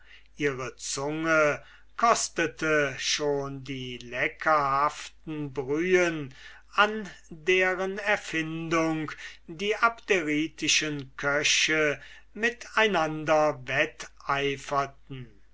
ihre zunge kostete schon die leckerhaften brühen in deren erfindung die abderitischen köche mit einander wetteiferten